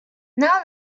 now